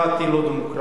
לא דמוקרטי.